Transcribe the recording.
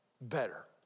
better